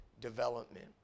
development